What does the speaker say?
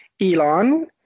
Elon